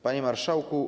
Panie Marszałku!